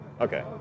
Okay